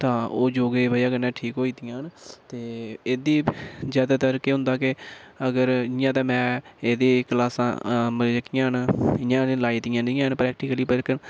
तां ओह् योगें दी बजह कन्नै ठीक होई जंदियां ते एह्दी ज्यादातर केह् होंदा कि अगर इयां ते मैं एह्दी क्लासां जेह्कियां न इयां ते लाई दियां नेईं हैन प्रैक्टिकली